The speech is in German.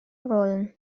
rollen